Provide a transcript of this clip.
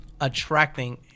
attracting